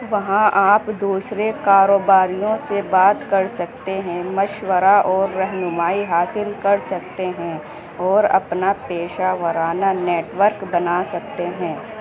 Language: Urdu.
وہاں آپ دوسرے کاروباریوں سے بات کر سکتے ہیں مشورہ اور رہنمائی حاصل کر سکتے ہیں اور اپنا پیشہ ورانہ نیٹ ورک بنا سکتے ہیں